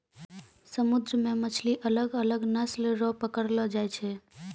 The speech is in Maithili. समुन्द्र मे मछली अलग अलग नस्ल रो पकड़लो जाय छै